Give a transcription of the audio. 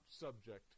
subject